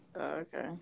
Okay